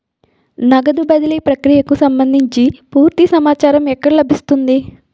నగదు బదిలీ ప్రక్రియకు సంభందించి పూర్తి సమాచారం ఎక్కడ లభిస్తుంది?